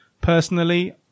Personally